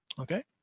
Okay